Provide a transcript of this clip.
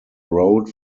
road